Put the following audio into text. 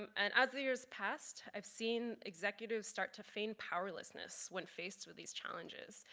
um and as the years passed, i have seen executives start to feign powerlessness when faced with these challenges,